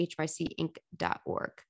hycinc.org